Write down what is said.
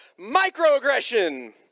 Microaggression